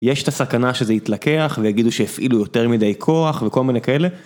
יש את הסכנה שזה יתלקח ויגידו שהפעילו יותר מדי כוח וכל מיני כאלה.